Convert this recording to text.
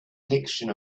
collection